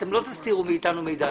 אתם לא תסתירו מאתנו מידע.